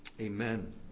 Amen